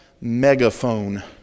megaphone